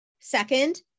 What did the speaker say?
Second